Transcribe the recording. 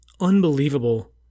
unbelievable